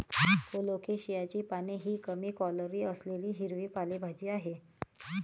कोलोकेशियाची पाने ही कमी कॅलरी असलेली हिरवी पालेभाजी आहे